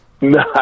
No